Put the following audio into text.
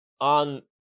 on